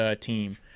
team